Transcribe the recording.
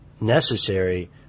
necessary